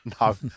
no